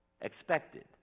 Expected